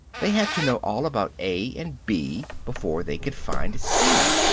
they had to know all about a and b before they could find c.